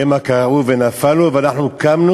"המה כרעו ונפלו ואנחנו קמנו